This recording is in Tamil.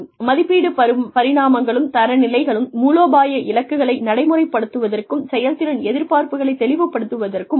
மதிப்பீட்டு பரிமாணங்களும் தரநிலைகளும் மூலோபாய இலக்குகளை நடைமுறைப்படுத்துவதற்கும் செயல்திறன் எதிர்பார்ப்புகளை தெளிவுபடுத்துவதற்கும் உதவும்